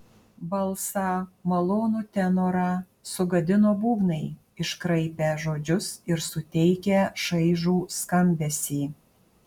balsą malonų tenorą sugadino būgnai iškraipę žodžius ir suteikę šaižų skambesį